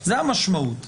זאת המשמעות.